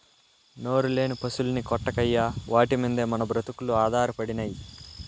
నోరులేని పశుల్ని కొట్టకయ్యా వాటి మిందే మన బ్రతుకులు ఆధారపడినై